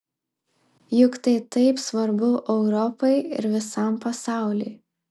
juk tai taip svarbu europai ir visam pasauliui